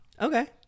Okay